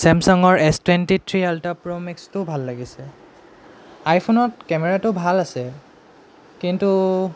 ছেমচাঙৰ S twenty three ultra pro মেক্সটোও ভাল লাগিছে আইফোনত কেমেৰাটো ভাল আছে কিন্তু